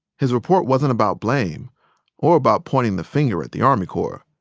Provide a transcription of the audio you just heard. his report wasn't about blame or about pointing the finger at the army corps.